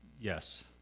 Yes